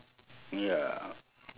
ya